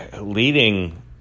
leading